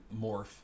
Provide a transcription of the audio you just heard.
morph